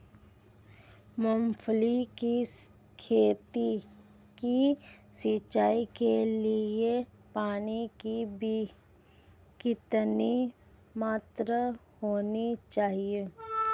मूंगफली की खेती की सिंचाई के लिए पानी की कितनी मात्रा होनी चाहिए?